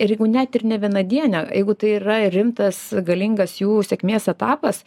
ir jeigu net ir nevienadienė jeigu tai yra rimtas galingas jų sėkmės etapas